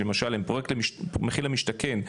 שלמשל מחיר למשתכן,